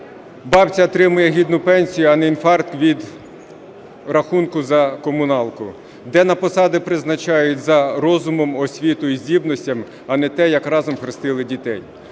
бабця отримує гідну пенсію, а не інфаркт від рахунку за комуналку. Де на посади призначають за розумом, освітою і здібностями, а не за те, як разом хрестили дітей.